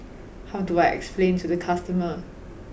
how do I explain to the customer